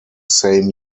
same